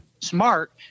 smart